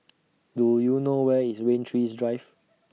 Do YOU know Where IS Rain Tree Drive